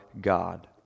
God